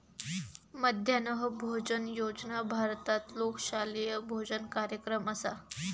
मध्यान्ह भोजन योजना भारतातलो शालेय भोजन कार्यक्रम असा